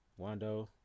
Wando